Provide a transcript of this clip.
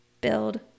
build